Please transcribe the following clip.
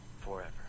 forever